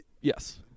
yes